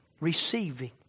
receiving